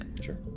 sure